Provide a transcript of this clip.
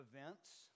events